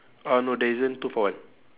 uh no there isn't two for one